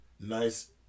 Nice